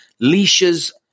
leashes